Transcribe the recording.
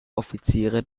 offiziere